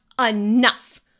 enough